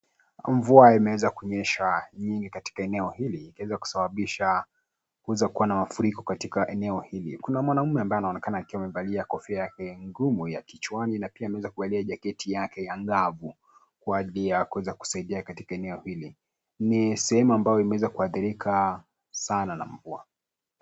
Mvua imeweza kunyesha nyingi katika eneo hili, ikiweza kusababisha kuweza kua na mafuriko katika eneo hili. Kuna mwanaume ambaye anaonekana akiwa amevalia kofia yake ngumu ya kichwani, napia ameweza kuvalia jaketi yake angavu kwa ajili ya kuweza kusaidia katika eneo hili. Ni sehemu ambayo imewezakuadhirika sana na mvua.